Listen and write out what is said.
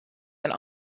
and